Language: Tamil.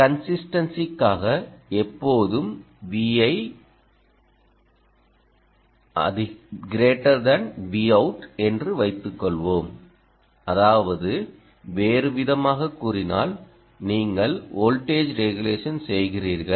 கன்ஸிஸ்டன்ஸிக்காக எப்போதும் Vi V அவுட் என்று வைத்துக் கொள்வோம் அதாவது வேறுவிதமாகக் கூறினால் நீங்கள் வோல்டேஜ் ரெகுலேஷன் செய்கிறீர்கள்